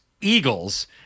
Eagles